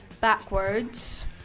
backwards